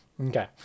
okay